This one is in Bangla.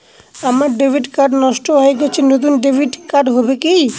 আমার ডেবিট কার্ড নষ্ট হয়ে গেছে নূতন ডেবিট কার্ড হবে কি?